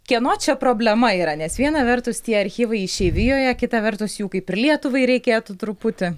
kieno čia problema yra nes viena vertus tie archyvai išeivijoje kita vertus jų kaip ir lietuvai reikėtų truputį